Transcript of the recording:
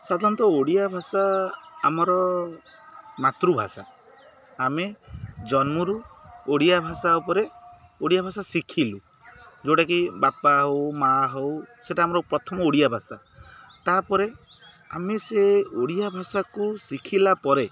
ସାଧାରଣତଃ ଓଡ଼ିଆ ଭାଷା ଆମର ମାତୃଭାଷା ଆମେ ଜନ୍ମରୁ ଓଡ଼ିଆ ଭାଷା ଉପରେ ଓଡ଼ିଆ ଭାଷା ଶିଖିଲୁ ଯେଉଁଟାକି ବାପା ହଉ ମା ହଉ ସେଇଟା ଆମର ପ୍ରଥମ ଓଡ଼ିଆ ଭାଷା ତା'ପରେ ଆମେ ସେ ଓଡ଼ିଆ ଭାଷାକୁ ଶିଖିଲା ପରେ